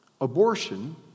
abortion